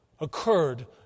occurred